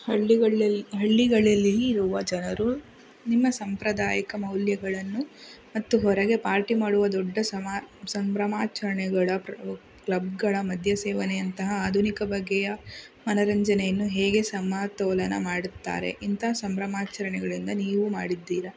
ಹಳ್ಳಿಗಳ್ಳೆಲ್ ಹಳ್ಳಿಗಳಲ್ಲಿರುವ ಜನರು ನಿಮ್ಮ ಸಾಂಪ್ರದಾಯಿಕ ಮೌಲ್ಯಗಳನ್ನು ಮತ್ತು ಹೊರಗೆ ಪಾರ್ಟಿ ಮಾಡುವ ದೊಡ್ಡ ಸಮಾ ಸಂಭ್ರಮಾಚರಣೆಗಳ ಕ್ಲಬ್ಗಳ ಮದ್ಯಸೇವನೆಯಂತಹ ಆಧುನಿಕ ಬಗೆಯ ಮನೋರಂಜನೆಯನ್ನು ಹೇಗೆ ಸಮತೋಲನ ಮಾಡುತ್ತಾರೆ ಇಂಥ ಸಂಭ್ರಮಾಚರಣೆಗಳಿಂದ ನೀವು ಮಾಡಿದ್ದೀರ